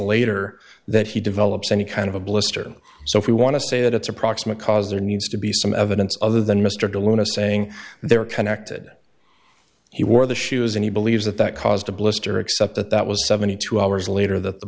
later that he develops any kind of a blister so if you want to say that it's a proximate cause there needs to be some evidence other than mr de luna saying they're connected he wore the shoes and he believes that that caused a blister except that that was seventy two hours later that the